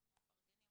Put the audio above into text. אנחנו מפרגנים,